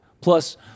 Plus